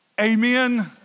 Amen